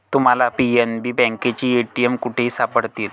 तुम्हाला पी.एन.बी बँकेचे ए.टी.एम कुठेही सापडतील